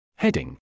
Heading